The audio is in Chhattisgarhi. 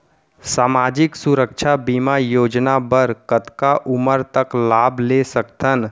सामाजिक सुरक्षा बीमा योजना बर कतका उमर तक लाभ ले सकथन?